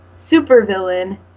supervillain